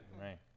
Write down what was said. Right